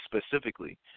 specifically